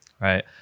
right